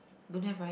don't have right